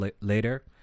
later